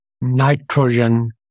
nitrogen